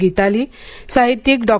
गीताली साहित्यिक डॉ